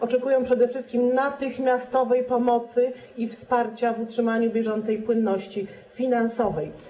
Oczekują przede wszystkim natychmiastowej pomocy i wsparcia w utrzymaniu bieżącej płynności finansowej.